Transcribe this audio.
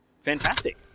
fantastic